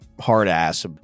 hard-ass